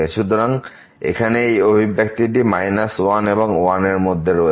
সুতরাং এখানে এই অভিব্যক্তিটি 1 এবং 1 এরমধ্যে রয়েছে